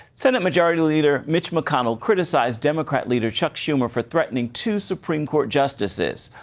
senate majority leader mitch mcconnell criticized democrat leader chuck schumer for threatening to supreme court justices.